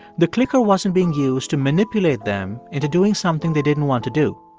the clicker wasn't being used to manipulate them into doing something they didn't want to do.